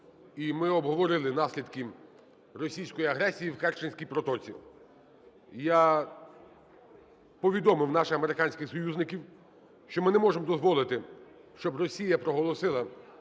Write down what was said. і ми обговорили наслідки російської агресії в Керченській протоці. Я повідомив наших американських союзників, що ми не можемо дозволити, щоб Росія проголосила